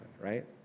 right